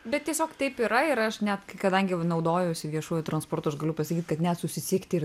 bet tiesiog taip yra ir aš net kai kadangi jau naudojausi viešuoju transportu aš galiu pasakyt kad net susisiekti ir